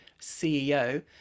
CEO